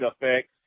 effects